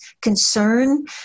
concern